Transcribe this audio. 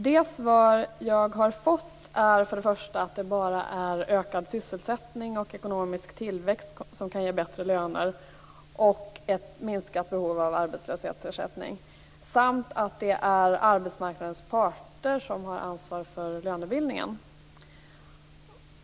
Det svar jag har fått är att det bara är ökad sysselsättning och ekonomisk tillväxt som kan ge bättre löner och ett minskat behov av arbetslöshetsersättning samt att det är arbetsmarknadens parter som har ansvaret för lönebildningen.